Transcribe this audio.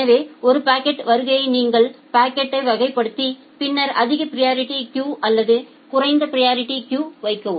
எனவே ஒரு பாக்கெட்டின் வருகையை நீங்கள் பாக்கெட்டையை வகைப்படுத்தி பின்னர் அதிக பிரியரிட்டி கியு அல்லது குறைந்த பிரியரிட்டி கியுவில் வைக்கவும்